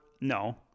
No